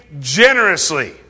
generously